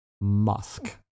musk